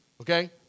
Okay